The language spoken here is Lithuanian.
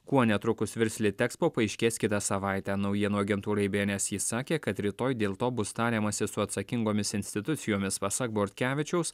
kuo netrukus virs litexpo paaiškės kitą savaitę naujienų agentūrai bns jis sakė kad rytoj dėl to bus tariamasi su atsakingomis institucijomis pasak bortkevičiaus